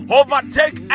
overtake